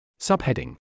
Subheading